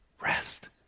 rest